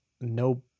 no